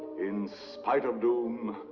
in spite of doom,